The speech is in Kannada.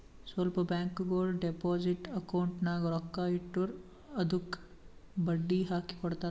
ಸ್ವಲ್ಪ ಬ್ಯಾಂಕ್ಗೋಳು ಡೆಪೋಸಿಟ್ ಅಕೌಂಟ್ ನಾಗ್ ರೊಕ್ಕಾ ಇಟ್ಟುರ್ ಅದ್ದುಕ ಬಡ್ಡಿ ಹಾಕಿ ಕೊಡ್ತಾರ್